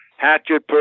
Hatchet